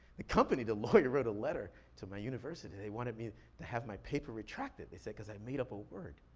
the company, the lawyer wrote a letter to my university. they wanted me to have my paper retracted, they said, cause i made up a word.